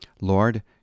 Lord